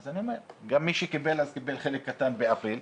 גם מי שקיבל, קיבל חלק קטן באפריל.